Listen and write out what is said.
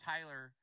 Tyler